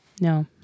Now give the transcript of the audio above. No